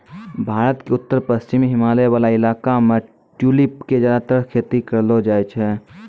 भारत के उत्तर पश्चिमी हिमालय वाला इलाका मॅ ट्यूलिप के ज्यादातर खेती करलो जाय छै